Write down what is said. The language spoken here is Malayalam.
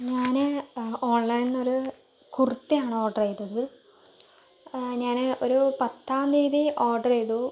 ഞാൻ ഓൺലൈനിൽ നിന്നൊരു കുർത്തയാണ് ഓർഡർ ചെയ്തത് ഞാൻ ഒരു പത്താം തീയതി ഓർഡർ ചെയ്തു